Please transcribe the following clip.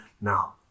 now